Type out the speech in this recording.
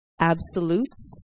absolutes